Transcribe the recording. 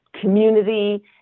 community